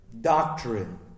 doctrine